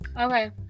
Okay